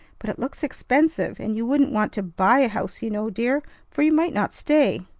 but it looks expensive, and you wouldn't want to buy a house, you know, dear for you might not stay.